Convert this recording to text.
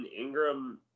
Ingram